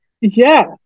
yes